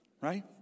right